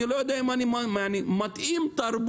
אני לא יודע אם אני מתאים תרבותית